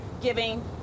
giving